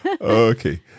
Okay